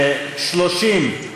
30?